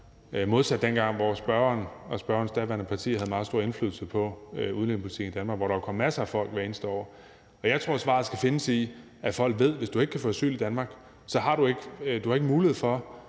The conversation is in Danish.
modsat dengang, hvor spørgeren og spørgerens daværende parti havde meget stor indflydelse på udlændingepolitikken i Danmark, og hvor der jo kom masser af folk hvert eneste år. Jeg tror, at svaret skal findes i, at folk ved, at hvis de ikke kan få asyl i Danmark, har de ikke har mulighed for